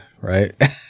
right